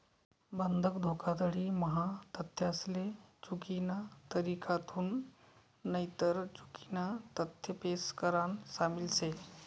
बंधक धोखाधडी म्हा तथ्यासले चुकीना तरीकाथून नईतर चुकीना तथ्य पेश करान शामिल शे